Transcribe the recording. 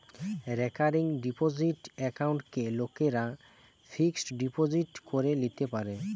recurring deposit একাউন্টকে লোকরা fixed deposit করে লিতে পারে